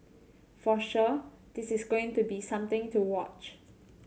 for sure this is going to be something to watch